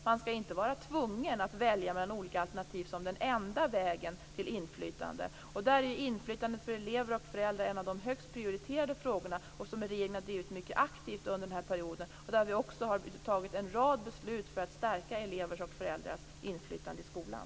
Man skall inte vara tvungen att välja mellan olika alternativ som den enda vägen till inflytande. Inflytandet för elever och föräldrar är en av de högst prioriterade frågorna som regeringen har drivit mycket aktivt under den här perioden. Vi har också fattat en rad beslut för att stärka elevers och föräldrars inflytande i skolan.